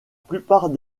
plupart